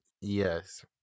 Yes